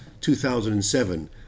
2007